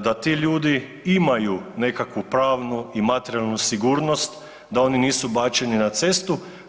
da ti ljudi imaju nekakvu pravnu i materijalnu sigurnost da oni nisu bačeni na cestu.